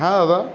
হ্যাঁ দাদা